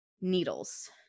needles